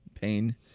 Pain